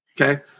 Okay